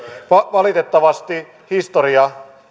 valitettavasti historiaa